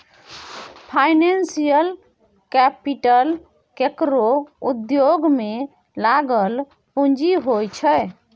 financial capital केकरो उद्योग में लागल पूँजी होइ छै